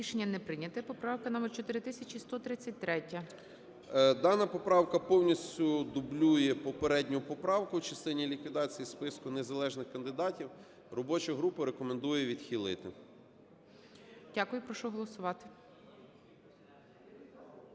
Рішення не прийнято. Поправка номер 4133. 17:43:45 СИДОРОВИЧ Р.М. Дана поправка повністю дублює попередню поправку в частині ліквідації списку незалежних кандидатів. Робоча група рекомендує відхилити. ГОЛОВУЮЧИЙ. Дякую. Прошу голосувати.